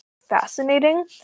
fascinating